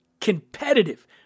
competitive